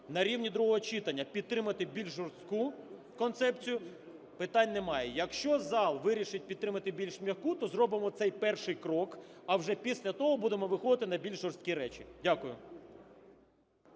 на рівні другого читання підтримати більш жорстку концепцію, питань немає. Якщо зал вирішить підтримати більш м'яку, то зробимо цей перший крок, а вже після того будемо виходити на більш жорсткі речі. Дякую.